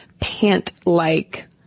pant-like